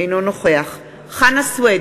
אינו נוכח חנא סוייד,